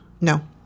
No